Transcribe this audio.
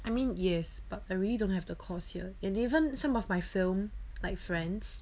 I mean yes but I really don't have the course here and even some of my film like friends